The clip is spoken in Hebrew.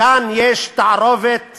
וכאן יש תערובת